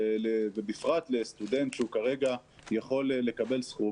ובפרט לסטודנט שהוא כרגע יכול לקבל סכום,